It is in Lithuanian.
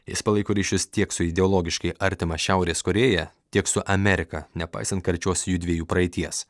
jis palaiko ryšius tiek su ideologiškai artima šiaurės korėja tiek su amerika nepaisant karčios jųdviejų praeities